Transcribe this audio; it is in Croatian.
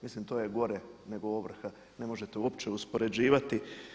Mislim to je gore nego ovrha, ne možete uopće uspoređivati.